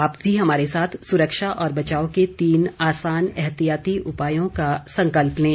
आप भी हमारे साथ सुरक्षा और बचाव के तीन आसान एहतियाती उपायों का संकल्प लें